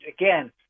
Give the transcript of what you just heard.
again